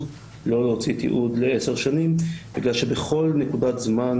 לא להוציא תיעוד לעשר שנים בגלל שבכל נקודת זמן